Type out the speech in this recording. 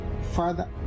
Father